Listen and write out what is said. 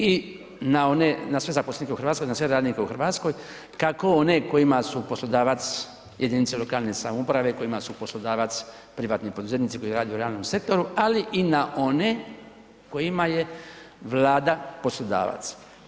I na one, na sve zaposlenike u Hrvatskoj, na sve radnike u Hrvatskoj, kako one kojima su poslodavac jedinice lokalne samouprave, kojima su poslodavac privatni poduzetnici koji rade u realnom sektoru, ali i na one kojima je Vlada poslodavac.